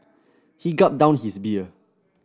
he gulped down his beer